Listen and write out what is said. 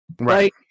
Right